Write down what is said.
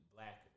Black